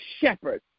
shepherd